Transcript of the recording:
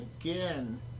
Again